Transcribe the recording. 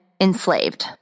enslaved